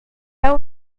cheu